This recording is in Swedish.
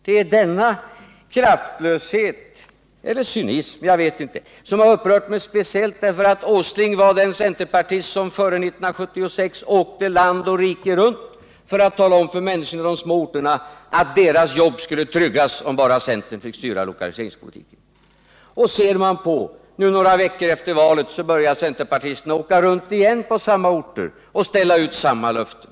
Det är denna kraftlöshet —-jag vet inte om jag kanske skulle kalla det cynism — som har upprört mig speciellt, därför att Nils Åsling var den centerpartist som före 1976 åkte land och rike runt för att tala om för människorna i de små orterna att deras jobb skulle tryggas om bara centern fick styra lokaliseringspolitiken. Och ser man på! Nu börjar centerpartisterna åka runt igen på samma orter och ställa ut samma löften.